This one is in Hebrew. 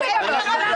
אין לך רוב.